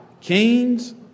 kings